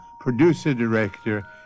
producer-director